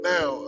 Now